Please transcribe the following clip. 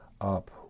up